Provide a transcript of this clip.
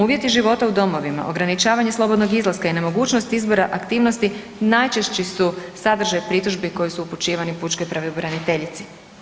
Uvjeti života u domovima, ograničavanje slobodnog izlaska i nemogućnost izbora aktivnosti najčešći su sadržaj pritužbi koje su upućivani pučkoj pravobraniteljici.